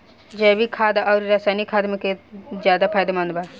जैविक खाद आउर रसायनिक खाद मे कौन ज्यादा फायदेमंद बा?